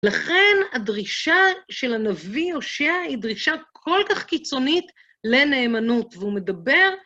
לכן הדרישה של הנביא הושע היא דרישה כל כך קיצונית לנאמנות, והוא מדבר...